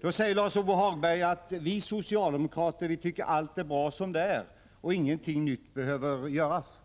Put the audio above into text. Då säger Lars-Ove Hagberg att vi socialdemokrater tycker att allt är bra som det är och att ingenting nytt behöver göras.